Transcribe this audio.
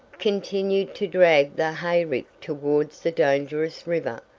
continued to drag the hayrick toward the dangerous river,